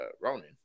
Ronan